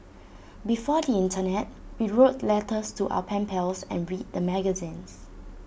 before the Internet we wrote letters to our pen pals and read the magazines